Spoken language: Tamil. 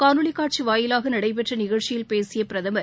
காணொலி காட்சி வாயிலாக நடைபெற்ற நிகழ்ச்சியில் பேசிய பிரதமர்